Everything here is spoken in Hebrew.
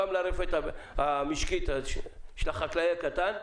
גם לרפת המשקית של החקלאי הקטן,